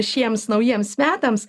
šiems naujiems metams